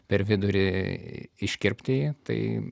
per vidurį iškirpti jį tai